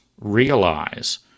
realize